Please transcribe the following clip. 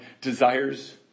desires